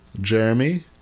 Jeremy